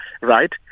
right